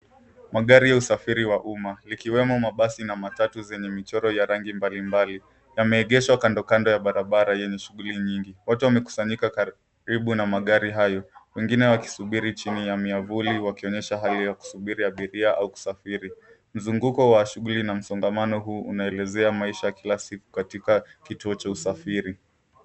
Magari ya usafiri wa uma ikiwemo mabasi na matatu zenye michoro yenye rangi mbalimbali. Yameegeshwa kando kando ya barabara yenye shughuli nyingi. Watu wamekusanyika karibu na magari hayo wengine wakisubiri chini ya miavuli wakionyesha hali ya kusubiri abiria au kusafiri. Mzunguko wa shughuli na msongamano huu unaelezea maisha ya kila siku katika kituo cha usafiri.